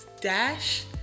Dash